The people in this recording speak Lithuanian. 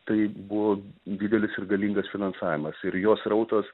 tai buvo didelis ir galingas finansavimas ir jo srautas